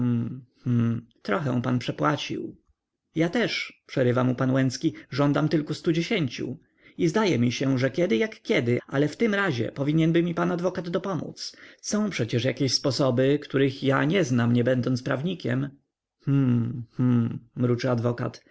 trochę pan przepłacił ja też przerywa mu pan łęcki żądam tylko stu dziesięciu i zdaje mi się że kiedy jak kiedy ale w tym razie powinienby mi pan adwokat dopomódz są przecież jakieś sposoby których ja nie znam nie będąc prawnikiem hum hum mruczy adwokat